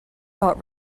felt